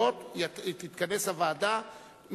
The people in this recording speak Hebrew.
תתכנס הוועדה,